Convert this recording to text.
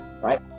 Right